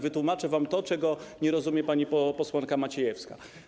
Wytłumaczę wam to, czego nie rozumie pani posłanka Maciejewska.